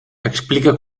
explica